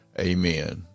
Amen